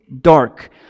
dark